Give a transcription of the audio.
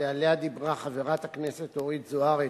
ועליה דיברה חברת הכנסת אורית זוארץ,